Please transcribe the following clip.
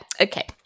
Okay